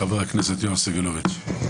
חבר הכנסת יואב סגלוביץ'.